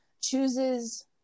chooses